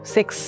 Six